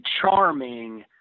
charming